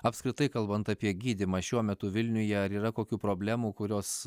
apskritai kalbant apie gydymą šiuo metu vilniuje ar yra kokių problemų kurios